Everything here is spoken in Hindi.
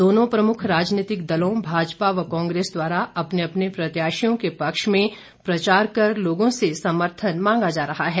दोनों प्रमुख राजनीतिक दलों भाजपा व कांग्रेस द्वारा अपने अपने प्रत्याशियों के पक्ष में प्रचार कर लोगों से समर्थन मांगा जा रहा है